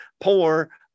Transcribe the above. poor